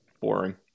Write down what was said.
boring